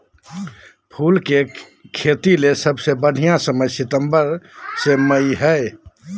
फूल के खेतीले सबसे बढ़िया समय सितंबर से मार्च हई